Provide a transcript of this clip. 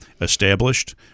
established